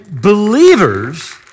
believers